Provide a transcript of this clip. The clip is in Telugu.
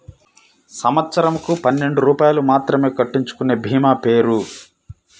సంవత్సరంకు పన్నెండు రూపాయలు మాత్రమే కట్టించుకొనే భీమా పేరు?